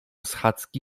schadzki